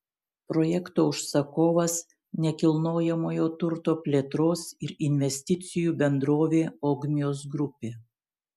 projekto užsakovas nekilnojamojo turto plėtros ir investicijų bendrovė ogmios grupė